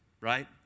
right